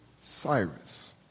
Cyrus